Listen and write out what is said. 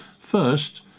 first